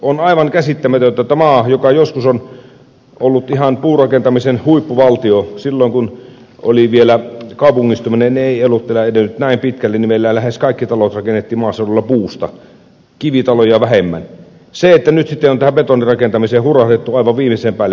on aivan käsittämätöntä että maassa joka joskus on ollut ihan puurakentamisen huippuvaltio silloin kun kaupungistuminen ei ollut vielä edennyt näin pitkälle meillä lähes kaikki talot rakennettiin maaseudulla puusta kivitaloja vähemmän on nyt sitten tähän betonirakentamiseen hurahdettu aivan viimeisen päälle